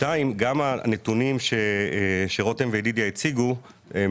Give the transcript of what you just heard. הנתונים שרותם וידידיה הציגו הם